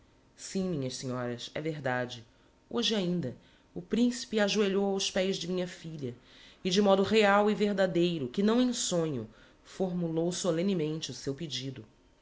sim minhas senhoras é verdade hoje ainda o principe ajoelhou aos pés de minha filha e de modo real e verdadeiro que não em sonho formulou solemnemente o seu pedido